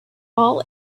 all